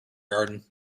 garden